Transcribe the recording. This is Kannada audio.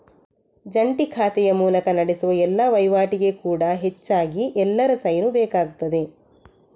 ಜಂಟಿ ಖಾತೆಯ ಮೂಲಕ ನಡೆಸುವ ಎಲ್ಲಾ ವೈವಾಟಿಗೆ ಕೂಡಾ ಹೆಚ್ಚಾಗಿ ಎಲ್ಲರ ಸೈನು ಬೇಕಾಗ್ತದೆ